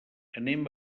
anem